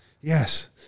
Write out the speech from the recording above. Yes